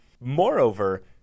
moreover